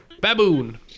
Baboon